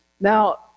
Now